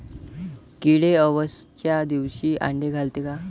किडे अवसच्या दिवशी आंडे घालते का?